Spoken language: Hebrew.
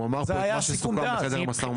הוא אמר פה את מה שסוכם בחדר המשא ומתן.